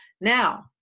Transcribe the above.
Now